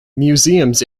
museums